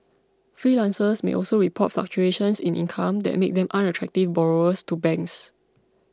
freelancers may also report fluctuations in income that make them unattractive borrowers to banks